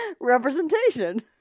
Representation